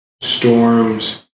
storms